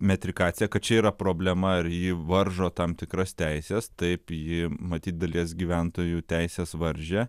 metrikaciją kad čia yra problema ar ji varžo tam tikras teises taip ji matyt dalies gyventojų teises varžė